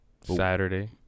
Saturday